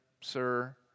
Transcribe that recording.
sir